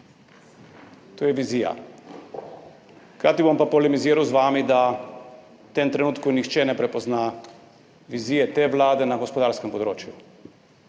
To je vizija. Hkrati bom pa polemiziral z vami, da v tem trenutku nihče ne prepozna vizije te vlade na gospodarskem področju.